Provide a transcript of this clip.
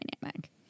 dynamic